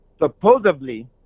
supposedly